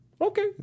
Okay